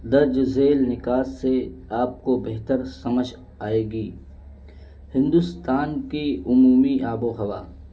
درج ذیل نکاس سے آپ کو بہتر سمجھ آئے گی ہندوستان کی عمومی آب و ہوا